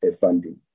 Funding